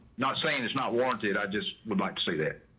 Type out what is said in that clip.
not saying it's not warranted. i just would like to see that.